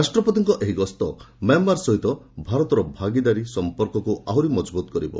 ରାଷ୍ଟ୍ରପତିଙ୍କ ଏହି ଗସ୍ତ ମିଆଁମାର ସହ ଭାରତର ଭାଗିଦାରୀ ସଂପର୍କକୁ ଆହୁରି ମଜବୁତ କରିବ